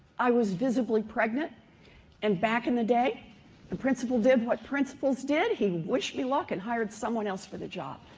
i was visibly pregnant and back in the day the principal did what principals did he wish me luck and hired someone else for the job.